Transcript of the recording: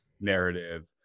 narrative